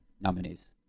nominees